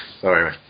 Sorry